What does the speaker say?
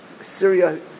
Syria